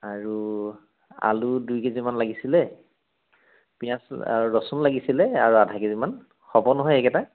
আৰু আলু দুই কেজিমান লাগিছিলে পিয়াঁজ আৰু ৰচুন লাগিছিলে আধা কেজিমান হ'ব নহয় এইকেইটা